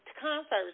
concerts